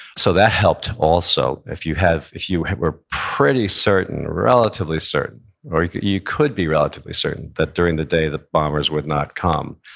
so that helped also. if you have, if you were pretty certain, relatively certain, or you could you could be relatively certain that during the day the bombers would not come,